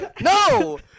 No